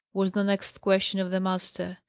was the next question of the master.